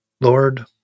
Lord